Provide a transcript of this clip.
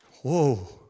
Whoa